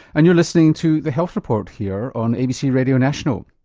and you're listening to the health report here on abc radio national.